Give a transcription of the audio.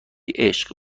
عشق